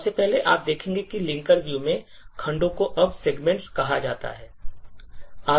सबसे पहले आप देखेंगे कि linker view में खंडों को अब segments कहा जाता है